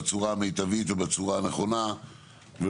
דבר בצורה המיטבית ובצורה הנכונה ביותר.